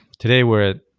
today, we're at,